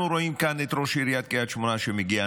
אנחנו רואים כאן את ראש עיריית קריית שמונה שמגיע.